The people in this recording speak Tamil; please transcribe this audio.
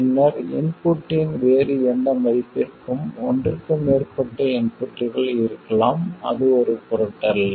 பின்னர் இன்புட்டின் வேறு எந்த மதிப்பிற்கும் ஒன்றுக்கு மேற்பட்ட இன்புட்கள் இருக்கலாம் அது ஒரு பொருட்டல்ல